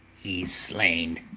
he's slain